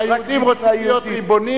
שהיהודים רוצים להיות ריבונים,